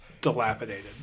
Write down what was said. Dilapidated